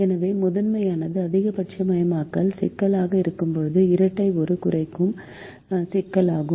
எனவே முதன்மையானது அதிகபட்சமயமாக்கல் சிக்கலாக இருக்கும்போது இரட்டை ஒரு குறைக்கும் சிக்கலாகும்